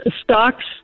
stocks